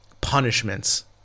punishments